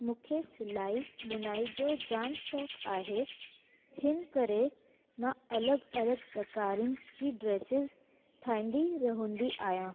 मूंंखे सिलाई बुनाई जो जाम शौक़ु आहे हिन करे मां अलॻि अलॻि प्रकारनि जी ड्रेसीस ठाहींदी रहंदी आहियां